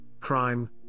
crime